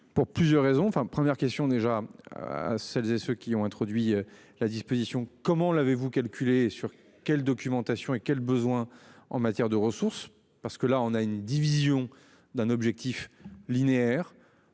Pour plusieurs raisons. Enfin première question déjà. Celles et ceux qui ont introduit la disposition. Comment l'avez-vous calculé sur quelle documentation et quels besoins en matière de ressources parce que là on a une division d'un objectif linéaire.